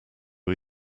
are